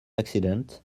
accident